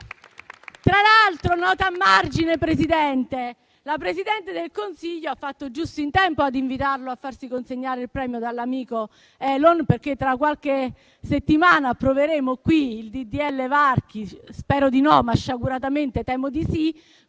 Una nota a margine, signora Presidente. La Presidente del Consiglio ha fatto giusto in tempo ad invitarlo e a farsi consegnare il premio dall'amico Elon Musk, perché tra qualche settimana approveremo qui il disegno di legge Varchi - spero di no, ma sciaguratamente temo di sì